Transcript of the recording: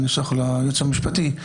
הנוסח של הייעוץ המשפטי,